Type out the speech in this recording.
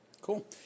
Cool